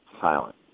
silent